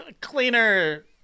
Cleaner